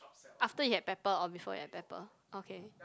after you have pepper or before you have pepper okay